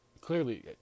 clearly